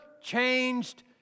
changed